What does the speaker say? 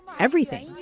everything!